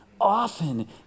often